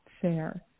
fair